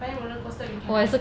but then roller coaster you can like